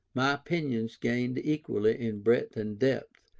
my opinions gained equally in breadth and depth,